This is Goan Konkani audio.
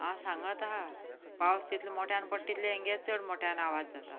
हांव सांगत आसा पावस तितलो मोट्यान पडटा तितलो हांचो चड मोट्यान आवज जाता